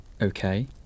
Okay